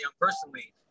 personally